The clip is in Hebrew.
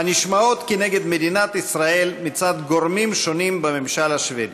הנשמעות נגד מדינת ישראל מצד גורמים שונים בממשל השבדי.